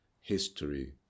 history